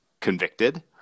convicted